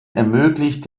ermöglicht